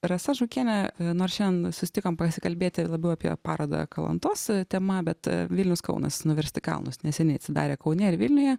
rasa žukienė nors šiandien susitikom pasikalbėti labiau apie parodą kalantos tema bet vilnius kaunas nuversti kalnus neseniai atsidarė kaune ir vilniuje